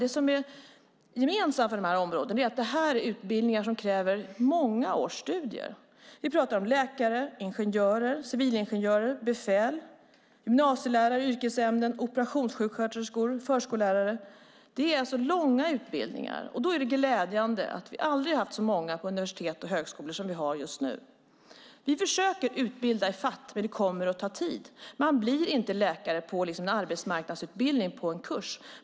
Det som är gemensamt för områdena är att detta är utbildningar som kräver många års studier. Vi pratar om läkare, ingenjörer, civilingenjörer, befäl, gymnasielärare i yrkesämnen, operationssjuksköterskor och förskollärare. Det är långa utbildningar. Därför är det glädjande att vi aldrig har haft så många på universitet och högskolor som vi har just nu. Vi försöker utbilda i fatt, men det kommer att ta tid. Man blir inte läkare på en arbetsmarknadsutbildning eller på en kurs.